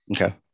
okay